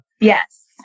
Yes